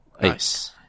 Nice